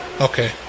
Okay